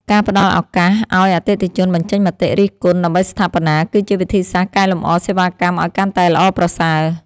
ការផ្តល់ឱកាសឱ្យអតិថិជនបញ្ចេញមតិរិះគន់ដើម្បីស្ថាបនា គឺជាវិធីសាស្ត្រកែលម្អសេវាកម្មឱ្យកាន់តែល្អប្រសើរ។